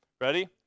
Ready